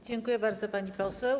Dziękuję bardzo, pani poseł.